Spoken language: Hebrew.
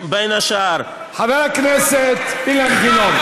בין השאר, חבר הכנסת אילן גילאון.